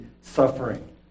suffering